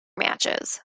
matches